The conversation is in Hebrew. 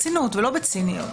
ברצינות ולא בציניות